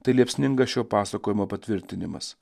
tai liepsningas šio pasakojimo patvirtinimas